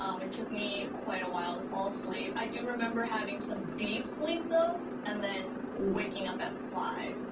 um it took me quite a while to fall asleep. i do remember having some deep sleep, though, and then waking up at five.